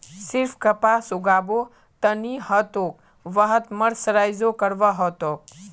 सिर्फ कपास उगाबो त नी ह तोक वहात मर्सराइजो करवा ह तोक